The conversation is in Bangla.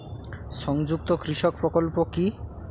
সংযুক্ত কৃষক প্রকল্প কি?